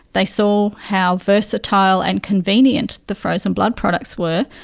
they saw how versatile and convenient the frozen blood products were.